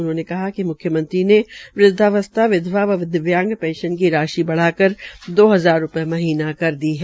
उन्होंने कहा िक मुख्यमंत्री ने वृदवावस्था विधवा व दिव्यांग पेंशन की राशि बढ़कर भी दो हजार रूपये कर दी है